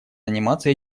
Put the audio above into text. заниматься